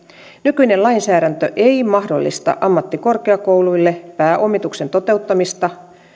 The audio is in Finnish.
nykyinen lainsäädäntö ei mahdollista ammattikorkeakouluille pääomituksen toteuttamista